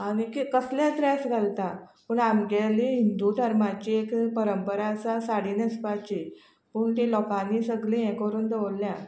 आनीकी कसलेय ड्रेस घालता पूण आमच्या हिंदू धर्माची एक परंपरा आसा साडी न्हेसपाची पूण ती लोकांनी सगळी हें करून दवरल्या